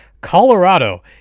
Colorado